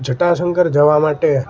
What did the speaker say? જટાશંકર જવા માટે